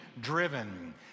driven